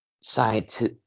science